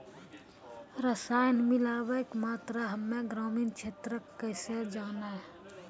रसायन मिलाबै के मात्रा हम्मे ग्रामीण क्षेत्रक कैसे जानै?